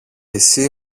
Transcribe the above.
εσύ